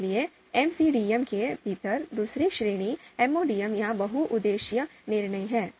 इसलिए MCDM के भीतर दूसरी श्रेणी MODM या बहु उद्देश्यीय निर्णय है